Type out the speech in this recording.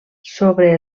sobre